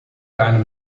einem